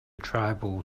tribal